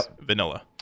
Vanilla